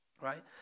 right